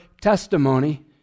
testimony